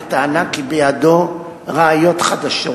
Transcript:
בטענה שבידו ראיות חדשות.